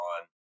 on